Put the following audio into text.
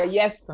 yes